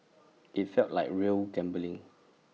IT felt like real gambling